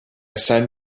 send